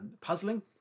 puzzling